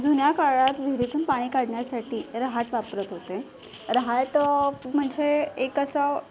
जुन्या काळात विहिरीतून पाणी काढण्यासाठी रहाट वापरत होते रहाट म्हणजे एक असं